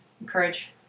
encourage